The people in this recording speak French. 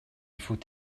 faut